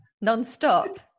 non-stop